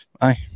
aye